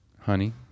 Honey